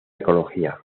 ecología